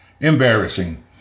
Embarrassing